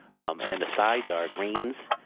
um and and the sides are greens,